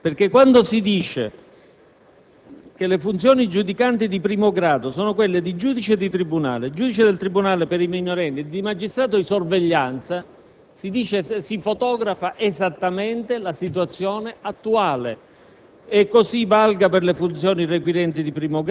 Signor Presidente, signor Ministro, vorrei attirare l'attenzione del Governo e dei colleghi della maggioranza sulla circostanza che il Capo II del decreto delegato